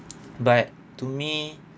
but to me